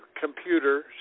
computer